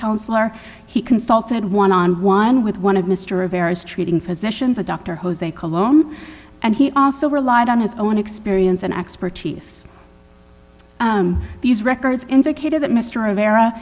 counselor he consulted one on one with one of mr rivera's treating physicians a dr jose cologne and he also relied on his own experience and expertise these records indicated that mr of era